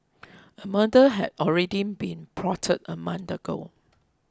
a murder had already been plotted a month ago